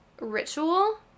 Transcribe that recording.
ritual